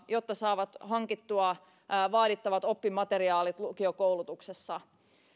jotta saavat hankittua vaadittavat oppimateriaalit lukiokoulutuksessa